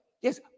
Yes